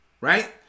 right